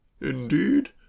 Indeed